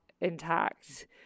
intact